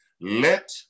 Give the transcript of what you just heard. let